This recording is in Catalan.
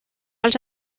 els